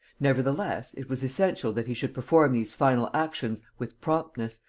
nevertheless, it was essential that he should perform these final actions with promptness,